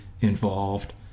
involved